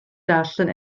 darllen